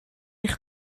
eich